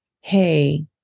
hey